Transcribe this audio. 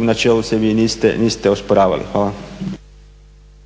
u načelu se vi niste osporavali.